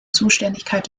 zuständigkeit